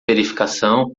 verificação